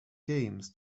games